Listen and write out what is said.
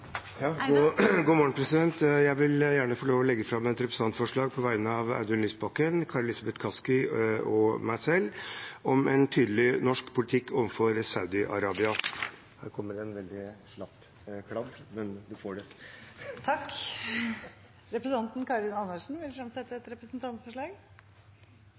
å legge fram et representantforslag på vegne av Audun Lysbakken, Kari Elisabeth Kaski og meg selv om en ny og tydelig norsk politikk overfor Saudi-Arabia. Representanten Karin Andersen vil fremsette et representantforslag. På vegne av representantene Une Bastholm, Bjørnar Moxnes og meg sjøl vil